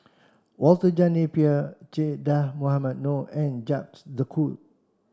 Walter John Napier Che Dah Mohamed Noor and de Coutre